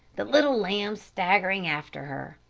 the little lamb staggering after her.